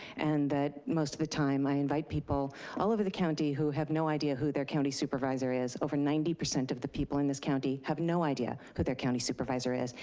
and that most of the time, i invite people all over the county who have no idea of who their county supervisor is, over ninety percent of the people in this county have no idea who their county supervisor is.